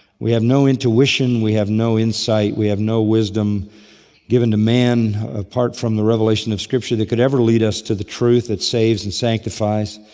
we have no intuition, we have no insight, we have no wisdom given to man apart from the revelation of scripture that could ever lead us to the truth that saves and sanctifies.